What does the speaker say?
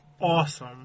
awesome